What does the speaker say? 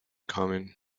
common